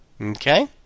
Okay